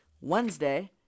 Wednesday